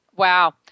Wow